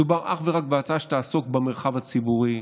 מדובר אך ורק בהצעה שתעסוק במרחב הציבורי.